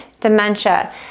dementia